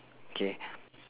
K